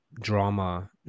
drama